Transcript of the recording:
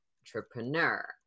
entrepreneur